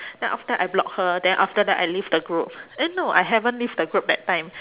then after I block her then after that I leave the group eh no I haven't leave the group that time